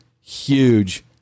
huge